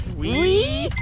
we